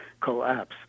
collapse